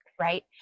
right